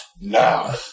now